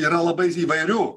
yra labai įvairių